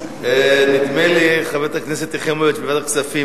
נדמה לי שחברת הכנסת יחימוביץ בוועדת כספים,